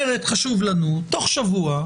אומרת: חשוב לנו, תוך שבוע.